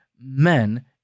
men